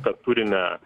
kad turime